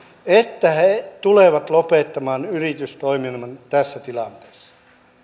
että he tulevat lopettamaan yritystoiminnan tässä tilanteessa